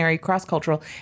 cross-cultural